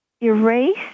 erase